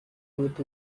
with